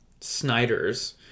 Snyder's